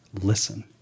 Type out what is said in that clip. listen